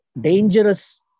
dangerous